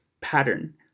pattern